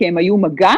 כי הם היו מגע,